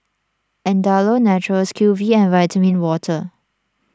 Andalou Naturals Q V and Vitamin Water